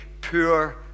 poor